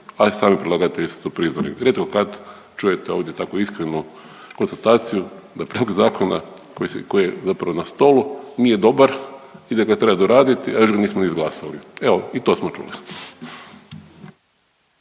i sami predlagatelji su to priznali. Rijetko kad čuje ovdje tako iskrenu konstataciju da prijedlog zakona koji je zapravo na stolu nije dobar i da ga treba doraditi, a još ga nismo izglasali. Evo i to smo čuli.